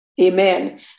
Amen